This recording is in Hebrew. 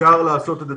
אפשר לעשות את זה.